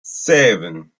seven